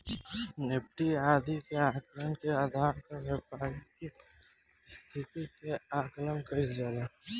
Nifty आदि के आंकड़न के आधार पर व्यापारि के स्थिति के आकलन कईल जाला